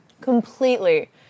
Completely